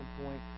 point